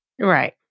Right